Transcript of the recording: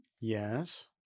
yes